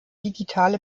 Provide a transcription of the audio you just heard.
digitale